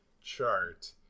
chart